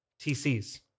TC's